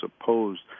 opposed